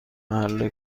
محل